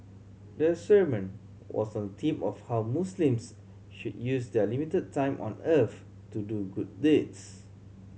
the sermon was on the theme of how Muslims should use their limited time on earth to do good deeds